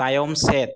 ᱛᱟᱭᱚᱢ ᱥᱮᱫ